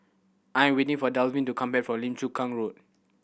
I am waiting for Dalvin to come back from Lim Chu Kang Road